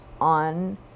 on